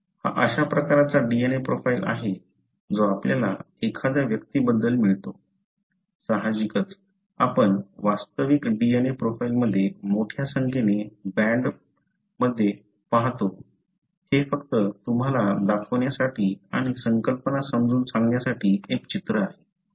हा अशा प्रकारचा DNA प्रोफाईल आहे जो आपल्याला एखाद्या व्यक्तीबद्दल मिळतो साहजिकच आपण वास्तविक DNA प्रोफाइलमध्ये मोठ्या संख्येने बँडमध्ये पाहतो हे फक्त तुम्हाला दाखवण्यासाठी आणि संकल्पना समजावून सांगण्यासाठी एक चित्र आहे